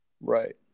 right